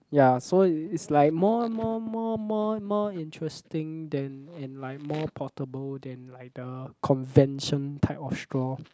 ya so it's like more more more more more interesting than and like more portable than like the convention type of straw